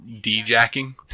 de-jacking